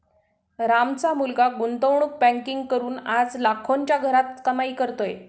रामचा मुलगा गुंतवणूक बँकिंग करून आज लाखोंच्या घरात कमाई करतोय